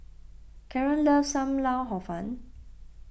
Kaaren loves Sam Lau Hor Fun